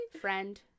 Friend